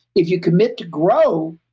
if you commit to grow,